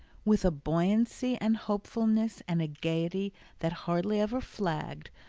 with a buoyancy and hopefulness and a gaiety that hardly ever flagged,